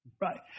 Right